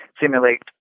simulate